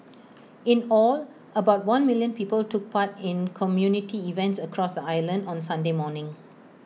in all about one million people took part in community events across the island on Sunday morning